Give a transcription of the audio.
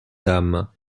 dames